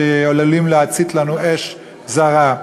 שעלולים להצית לנו אש זרה.